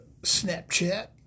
Snapchat